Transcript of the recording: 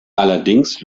allerdings